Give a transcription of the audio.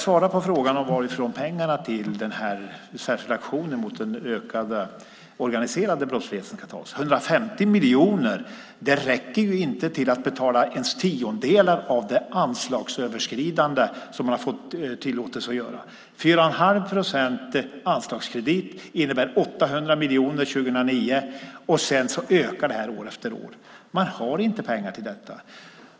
Svara på frågan varifrån pengarna till den särskilda aktionen mot den ökade organiserade brottsligheten ska tas, Krister Hammarbergh! 150 miljoner räcker inte till att betala ens tiondelar av det anslagsöverskridande som man har fått tillåtelse att göra. 4 1⁄2 procent i anslagskredit innebär 800 miljoner 2009. Sedan ökar det här år efter år. Man har inte pengar till detta.